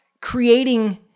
creating